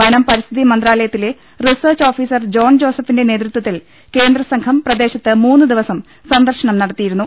വനം പരിസ്ഥിതി മന്ത്രാലയത്തിലെ റിസർച്ച് ഓഫീ സർ ജോൺ ജോസഫിന്റെ നേതൃത്വത്തിൽ കേന്ദ്രസംഘം പ്രദേ ശത്ത് മൂന്നു ദിവസം സന്ദർശനം നടത്തിയിരുന്നു